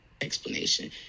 Explanation